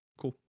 cool